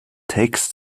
texts